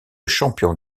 champion